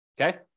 Okay